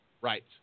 Right